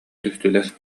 түстүлэр